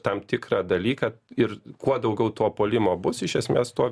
tam tikrą dalyką ir kuo daugiau tuo puolimo bus iš esmės tuo